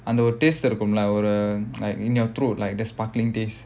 அந்த ஒரு:andha oru taste இருக்கும்ல:irukkumla like in your throat like that sparkling taste